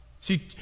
See